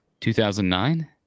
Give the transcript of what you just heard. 2009